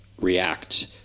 react